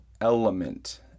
Element